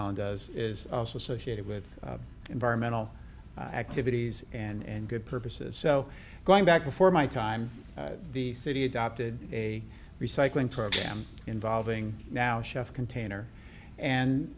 on does is also associated with environmental activities and good purposes so going back before my time the city adopted a recycling program involving now chef container and